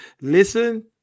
listen